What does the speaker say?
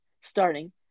starting